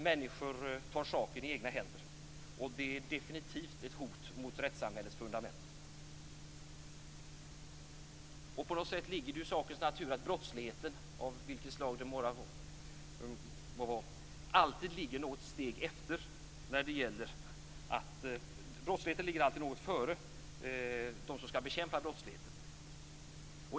Människor tar saken i egna händer, och det är definitivt ett hot mot rättssamhällets fundament. På något sätt ligger det i sakens natur att brottsligheten, vilket slag det vara må, alltid ligger något före dem som skall bekämpa brottsligheten.